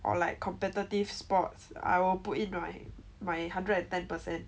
or like competitive sports I will put in my my hundred and ten percent